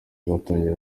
atangira